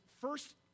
first